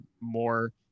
more